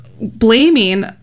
blaming